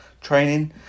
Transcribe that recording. training